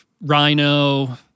Rhino